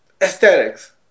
aesthetics